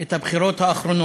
את הבחירות האחרונות: